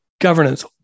Governance